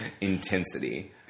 intensity